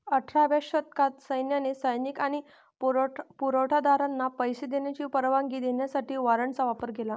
अठराव्या शतकात सैन्याने सैनिक आणि पुरवठा दारांना पैसे देण्याची परवानगी देण्यासाठी वॉरंटचा वापर केला